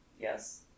yes